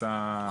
יצא צו